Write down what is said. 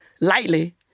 lightly